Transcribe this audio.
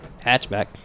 hatchback